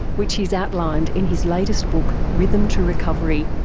which he's outlined in his latest book rhythm to recovery.